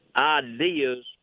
ideas